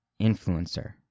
influencer